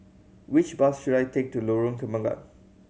which bus should I take to Lorong Kembagan